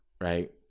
right